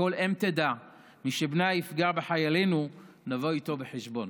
שכל אם תדע: מי שיפגע בחיילינו, נבוא איתו חשבון.